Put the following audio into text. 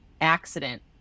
accident